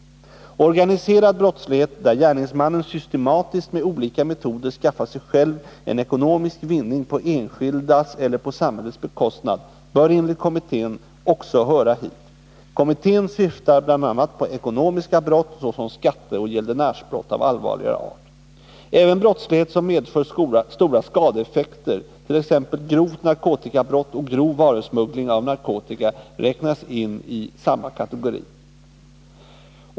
Organiserad brottslighet, där gärningsmännen systematiskt med olika metoder skaffar sig själva en ekonomisk vinning på enskildas eller på samhällets bekostnad, bör enligt kommittén också höra hit. Kommittén syftar på bl.a. ekonomiska brott såsom skatteoch gäldenärsbrott av allvarligare art. Även brottslighet som medför stora skadeeffekter, t.ex. grovt narkotikabrott och grov varusmuggling av narkotika, räknas in i samma kategori.